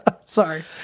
Sorry